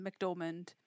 McDormand